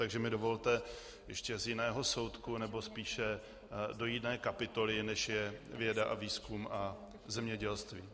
Takže mi dovolte ještě z jiného soudku, nebo spíše do jiné kapitoly, než je věda a výzkum a zemědělství.